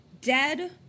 dead